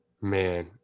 man